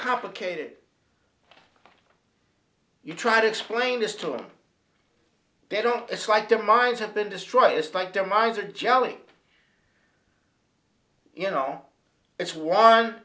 complicated you try to explain this to him they don't it's like their minds have been destroyed just like their minds are jelly you know it's one